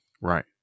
Right